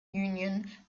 union